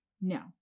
No